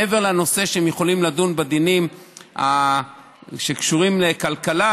מעבר לכך שהם יכולים לדון בדינים שקשורים לכלכלה,